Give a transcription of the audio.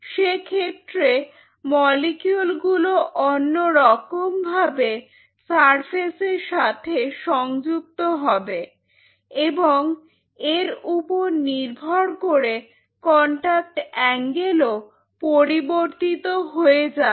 সে ক্ষেত্রে মলিকিউল গুলো অন্যরকম ভাবে সারফেসের সাথে সংযুক্ত হবে এবং এর উপর নির্ভর করে কন্টাক্ট অ্যাঙ্গেল ও পরিবর্তিত হয়ে যাবে